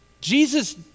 Jesus